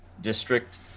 district